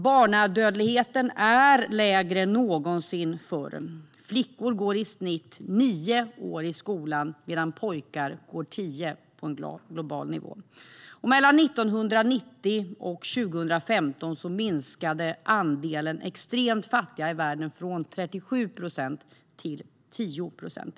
Barnadödligheten är lägre än någonsin förr. Flickor går i snitt nio år i skolan, medan pojkar går tio, på en global nivå. Mellan 1990 och 2015 minskade andelen extremt fattiga i världen från 37 till 10 procent.